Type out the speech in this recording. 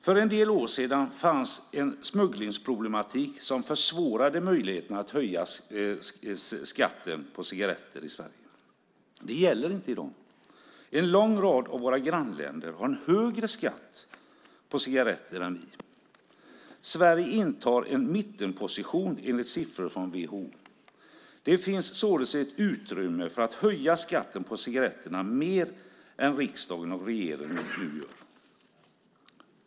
För en del år sedan fanns det en smugglingsproblematik som försvårade möjligheten att höja skatten på cigaretter i Sverige. Det gäller inte i dag. Flera av våra grannländer har högre skatt på cigaretter än vad vi har. Sverige intar en mittenposition enligt siffror från WHO. Det finns således utrymme för att höja skatten på cigaretter mer än vad riksdagen och regeringen nu gör.